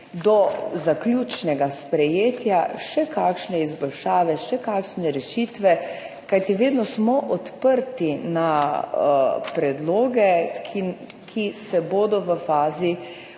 do zaključnega sprejetja še kakšne izboljšave, še kakšne rešitve, kajti vedno smo odprti za predloge, ki se bodo našli